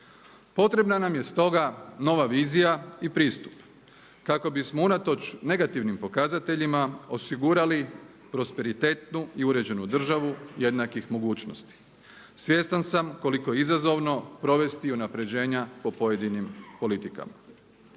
Potrebna nam je stoga nova vizija i pristup kako bismo unatoč negativnim pokazateljima osigurali prosperitetnu i uređenu državu jednakih mogućnosti. Svjestan sam koliko je izazovno provesti i unapređenja po pojedinim politikama.